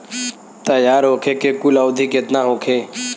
तैयार होखे के कुल अवधि केतना होखे?